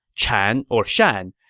chan or shan,